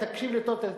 תקשיב לי טוב,